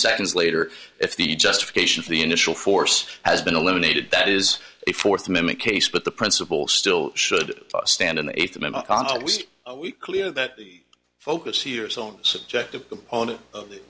seconds later if the justification for the initial force has been eliminated that is a fourth amendment case but the principle still should stand in the eighth amendment context clear that the focus here is own subjective opponent of the